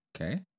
Okay